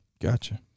Gotcha